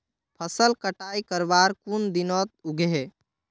फसल कटाई करवार कुन दिनोत उगैहे?